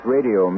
Radio